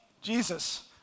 Jesus